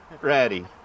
ready